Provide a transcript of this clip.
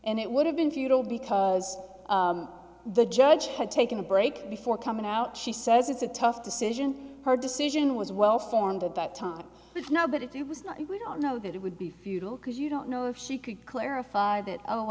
and it would have been futile because the judge had taken a break before coming out she says it's a tough decision her decision was well formed at that time now but it was not we don't know that it would be futile because you don't know if she could clarify that oh